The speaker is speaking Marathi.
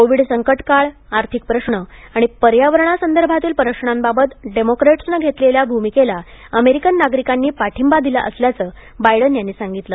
कोविड संकटकाळ आर्थिक प्रश्न आणि पर्यंवरणासंदर्भातील प्रशांबाबत डेमोक्रेट्सनं घेतलेल्या भूमिकेचं अमेरिकन नागरिकांनी पाठिंबा दिला असल्याचं बायडन यांनी सांगितलं